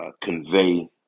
convey